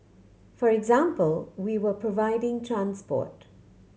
for example we were providing transport